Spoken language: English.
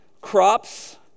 crops